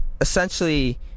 essentially